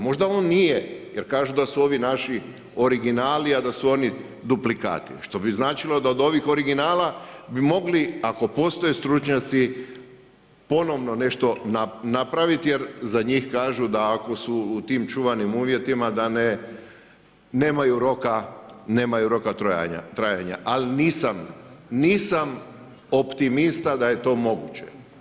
Možda on nije, jer kažu da su ovi naši originali, a da su oni duplikati što bi značilo da od ovih originala bi mogli, ako postoje stručnjaci, ponovno nešto napravit jer za njih kažu da ako su u tim čuvanim uvjetima da nemaju roka trajanja ali nisam optimista da je to moguće.